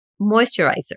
Moisturizer